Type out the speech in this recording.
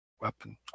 weapon